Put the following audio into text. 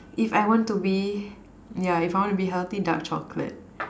if I want to be yeah if I want to be healthy dark chocolate